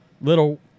little